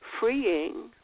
freeing